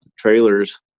trailers